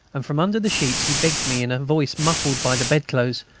and, from under the sheets, he begged me, in a voice muffled by the bed-clothes,